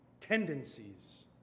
tendencies